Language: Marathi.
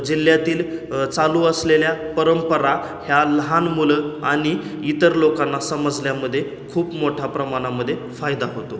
जिल्ह्यातील चालू असलेल्या परंपरा ह्या लहान मुलं आणि इतर लोकांना समजल्यामध्ये खूप मोठ्या प्रमाणामध्ये फायदा होतो